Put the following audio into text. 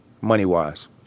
money-wise